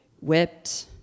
whipped